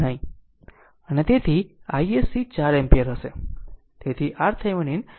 અને તેથી isc 4 ampere હશે